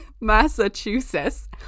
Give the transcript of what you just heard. massachusetts